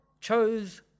chose